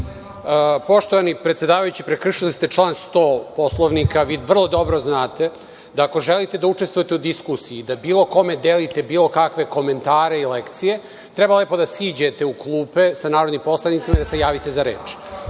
Poštovani predsedavajući prekršili ste član 100. Poslovnika. Vi vrlo dobro znate da ako želite da učestvujete u diskusiji i da bi bilo kome delite bilo kakve komentare i lekcije treba lepo da siđete u klupe sa narodnim poslanicima i da se javite za